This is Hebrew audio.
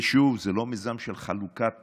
ושוב, זה לא מיזם של חלוקת